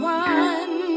one